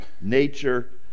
nature